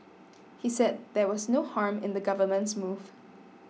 he said there was no harm in the government's move